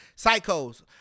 psychos